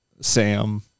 Sam